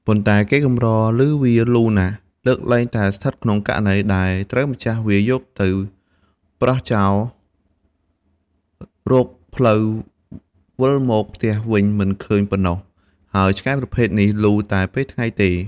ប៉ុន្តែ គេកម្រឮវាលូណាស់លើកលែងតែស្ថិតក្នុងករណី ដែលត្រូវម្ចាស់វាយកទៅប្រោសចោល រកផ្លូវវិលមកផ្ទះវិញមិនឃើញប៉ុណ្ណោះ ហើយឆ្កែប្រភេទនេះលូតែពេលថ្ងៃទេ។